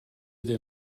des